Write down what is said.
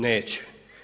Neće.